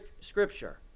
scripture